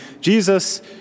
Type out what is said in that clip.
Jesus